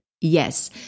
Yes